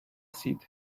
seat